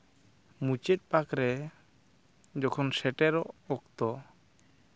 ᱢᱩᱪᱟᱹᱫ ᱯᱟᱠ ᱨᱮ ᱡᱚᱠᱷᱚᱱ ᱥᱮᱴᱮᱨᱚᱜ ᱚᱠᱛᱚ